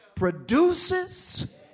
produces